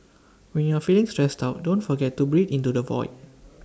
when you are feeling stressed out don't forget to breathe into the void